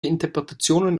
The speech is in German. interpretationen